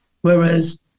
Whereas